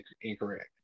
incorrect